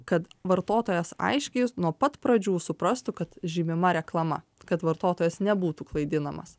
kad vartotojas aiškiais nuo pat pradžių suprastų kad žymima reklama kad vartotojas nebūtų klaidinamas